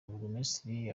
burugumesitiri